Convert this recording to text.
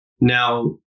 Now